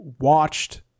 watched